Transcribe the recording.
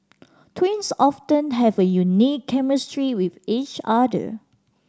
twins often have a unique chemistry with each other